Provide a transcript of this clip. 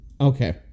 Okay